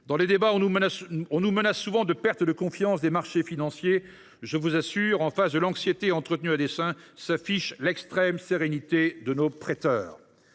Dans les débats, on brandit souvent la menace d’une perte de confiance des marchés financiers. Je vous assure, face à l’anxiété entretenue à dessein s’affiche l’extrême sérénité de nos prêteurs.